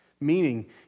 Meaning